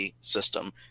system